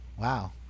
Wow